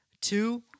two